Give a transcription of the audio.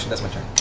that's my turn.